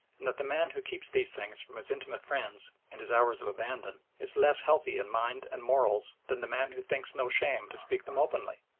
and that the man who keeps these things for his intimate friends and his hours of abandon is less healthy in mind and morals than the man who thinks no shame to speak them openly.